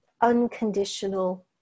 unconditional